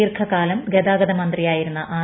ദീർഘകാലം ഗതാഗത മന്ത്രിയായിരുന്ന ആർ